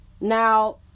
now